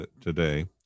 today